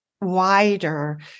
wider